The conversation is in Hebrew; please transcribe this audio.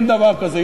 אין דבר כזה,